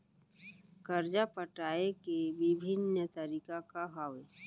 करजा पटाए के विभिन्न तरीका का हवे?